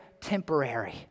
Temporary